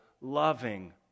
loving